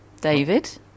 David